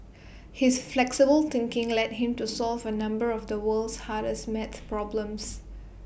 his flexible thinking led him to solve A number of the world's hardest math problems